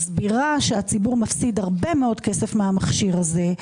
מסבירה שהציבור מפסיד הרבה מאוד כסף מהמכשיר הזה,